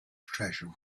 treasure